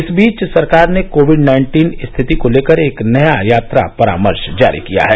इस बीच सरकार ने कोविड नाइन्टीन स्थिति को लेकर एक नया यात्रा परामर्श जारी किया है